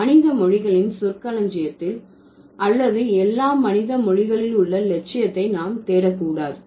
மனித மொழிகளின் சொற்களஞ்சியத்தில் அல்லது எல்லா மனித மொழிகளில் உள்ள இலட்சியத்தை நாம் தேடக்கூடாது